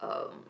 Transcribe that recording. um